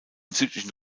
südlichen